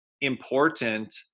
important